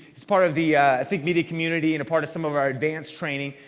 he's part of the think media community and a part of some of our advanced training.